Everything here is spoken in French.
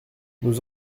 nous